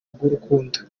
rw’urukundo